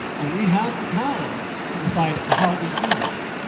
and we have the power to decide how we use it.